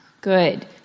Good